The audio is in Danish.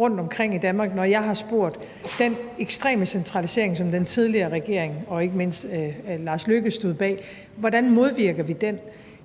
rundtomkring i Danmark, når jeg har spurgt, hvordan vi modvirker den ekstreme centralisering, som den tidligere regering og ikke mindst Lars Løkke Rasmussen stod bag, så er det